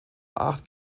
acht